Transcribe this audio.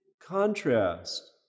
contrast